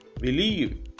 Believe